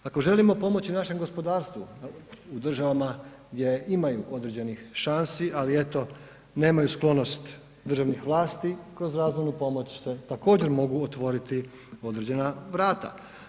Ako želimo pomoći našem gospodarstvu u državama gdje imaju određenih šansi ali eto nemaju sklonost državnih vlasti kroz razvojnu pomoć se također mogu otvoriti određena vrata.